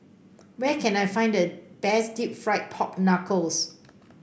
where can I find the best fried Pork Knuckles